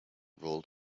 rolled